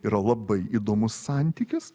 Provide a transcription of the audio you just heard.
yra labai įdomus santykis